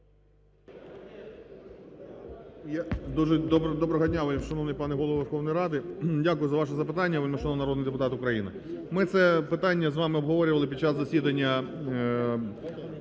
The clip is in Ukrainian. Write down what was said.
Доброго дня, вельмишановний Голово Верховної Ради! Дякую за ваше запитання, вельмишановний народний депутат України. Ми це питання з вами обговорювали під час засідання